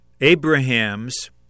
Abraham's